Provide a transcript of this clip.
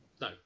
No